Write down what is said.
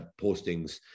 postings